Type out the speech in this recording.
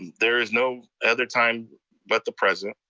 there is no other time but the present.